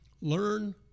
Learn